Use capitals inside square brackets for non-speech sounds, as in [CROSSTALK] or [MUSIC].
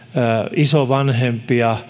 isovanhempia [UNINTELLIGIBLE]